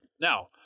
Now